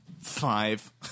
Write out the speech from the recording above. Five